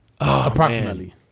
approximately